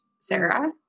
Sarah